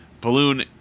Balloon